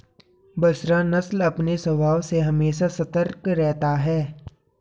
बसरा नस्ल अपने स्वभाव से हमेशा सतर्क रहता है